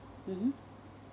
mmhmm